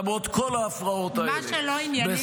למרות כל ההפרעות האלה -- מה שלא ענייני זה הסיבה.